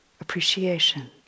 appreciation